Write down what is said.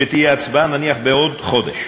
נניח שתהיה הצבעה בעוד חודש.